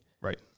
Right